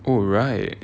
oh right